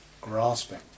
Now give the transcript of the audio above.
grasping